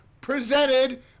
presented